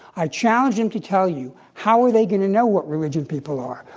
i challenge them to tell you how are they going to know what religion people are?